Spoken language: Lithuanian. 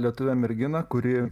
lietuvę merginą kuri